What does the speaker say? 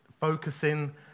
focusing